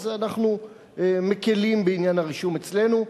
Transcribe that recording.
אנחנו מקלים בעניין הרישום אצלנו.